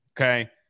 Okay